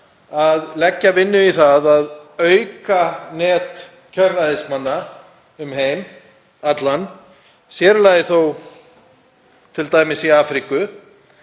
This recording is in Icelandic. að leggja vinnu í það að auka net kjörræðismanna um heim allan, sér í lagi þó í Afríku